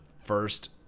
first